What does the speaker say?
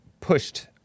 pushed